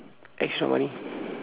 extra money